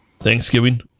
Thanksgiving